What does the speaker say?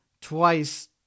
twice